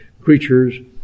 creatures